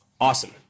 Awesome